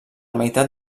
meitat